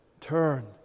turn